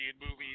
movies